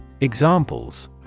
Examples